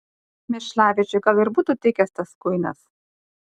mėšlavežiui gal ir būtų tikęs tas kuinas